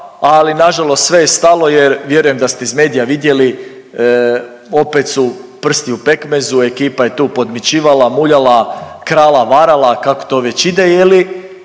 ali nažalost sve je stalo jer vjerujem da ste iz medija vidjeli, opet su prsti u pekmezu, ekipa je tu podmićivala, muljala, krala, varala, kako to već ide, je li